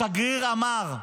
השגריר אמר,